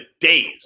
days